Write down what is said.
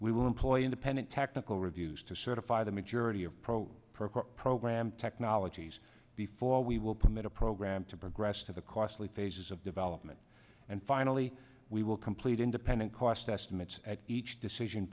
we will employ independent technical reviews to certify the maturity of pro pro quo program technologies before we will permit a program to progress to the costly phases of development and finally we will complete independent cost estimates at each decision